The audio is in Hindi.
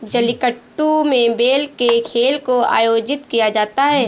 जलीकट्टू में बैल के खेल को आयोजित किया जाता है